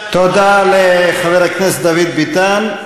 תודה לחבר הכנסת דוד ביטן.